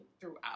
throughout